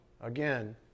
Again